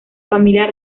familia